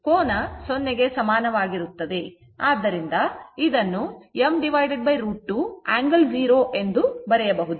ಆದ್ದರಿಂದ ಇದನ್ನು m√ 2 angle 0 ಎಂದು ಬರೆಯಬಹುದು